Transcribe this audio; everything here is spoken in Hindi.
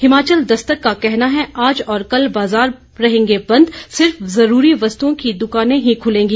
हिमाचल दस्तक का कहना है आज और कल बाजार रहेंगे बंद सिर्फ जरूरी वस्तुओं की दुकानें ही खुलेंगी